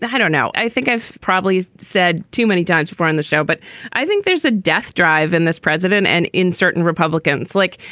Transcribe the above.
i don't know. i think i've probably said too many times before on the show, but i think there's a death drive in this president and in certain republicans, like,